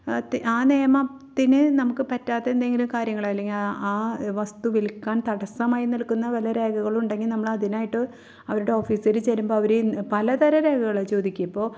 അതിന് ആ നിയമത്തിന് നമുക്ക് പറ്റാത്ത എന്തെങ്കിലും കാര്യങ്ങൾ അല്ലെങ്കിൽ ആ ആ വസ്തു വിൽക്കാൻ തടസ്സമായി നിൽക്കുന്ന വല്ല രേഖകളും ഉണ്ടെങ്കിൽ നമ്മൾ അതിനായിട്ട് അവരുടെ ഓഫീസിൽ ചെല്ലുമ്പോൾ അവർ പലതരം രേഖകൾ ചോദിക്കും ഇപ്പോൾ